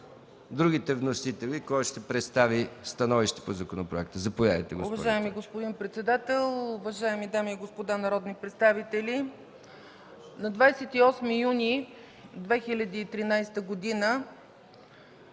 другите вносители – който ще представи становище по законопроекта. Заповядайте,